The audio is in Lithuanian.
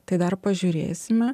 tai dar pažiūrėsime